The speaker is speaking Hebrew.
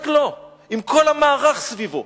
רק לו, עם כל המערך סביבו,